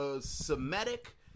semitic